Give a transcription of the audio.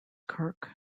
kirk